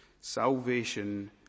Salvation